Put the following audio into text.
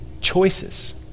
choices